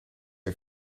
are